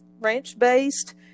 ranch-based